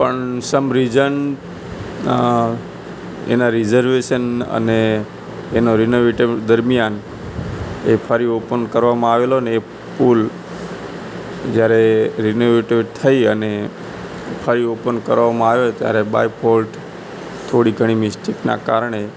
પણ some reason um એનાં reservation અને એનાં રિનોવેટિવ દરમ્યાન એ ફરી ઓપન કરવામાં આવેલો ને એ પુલ જ્યારે રિનોવેટિવ થઇ અને ફરી ઓપન કરવામાં આવ્યો ત્યારે બાય ફોલ્ટ થોડી ઘણી મિસ્ટેકનાં કારણે